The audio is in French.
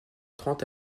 trente